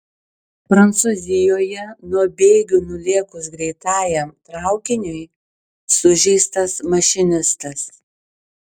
prancūzijoje nuo bėgių nulėkus greitajam traukiniui sužeistas mašinistas